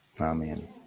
amen